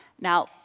now